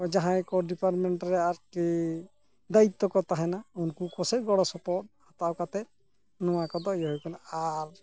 ᱟᱨᱚ ᱡᱟᱦᱟᱸᱭ ᱠᱚ ᱰᱤᱯᱟᱨᱢᱮᱱᱴ ᱨᱮ ᱟᱨᱠᱤ ᱫᱟᱭᱤᱛᱛᱚ ᱠᱚ ᱛᱟᱦᱮᱱᱟ ᱩᱱᱠᱩ ᱠᱚ ᱥᱮᱫ ᱜᱚᱲᱚ ᱥᱚᱯᱚᱦᱚᱫ ᱦᱟᱛᱟᱣ ᱠᱟᱛᱮᱫ ᱱᱚᱣᱟ ᱠᱚᱫᱚ ᱤᱭᱟᱹ ᱦᱩᱭ ᱟᱠᱟᱱᱟ ᱟᱨ